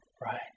Right